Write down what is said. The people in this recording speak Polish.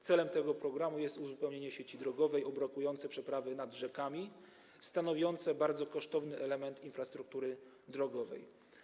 Celem tego programu jest uzupełnienie sieci drogowej o brakujące przeprawy nad rzekami, stanowiące bardzo kosztowny element infrastruktury drogowej.